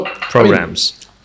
programs